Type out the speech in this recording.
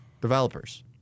developers